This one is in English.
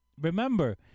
remember